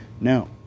Now